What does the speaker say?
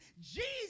Jesus